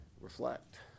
reflect